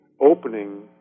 opening